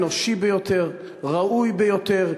מתקן אנושי ביותר, ראוי ביותר.